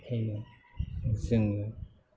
बेनिखायनो जोङो